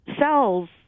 cells